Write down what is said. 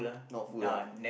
not full right